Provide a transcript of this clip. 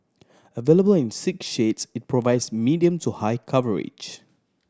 available in six shades it provides medium to high coverage